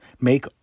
make